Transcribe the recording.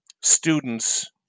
students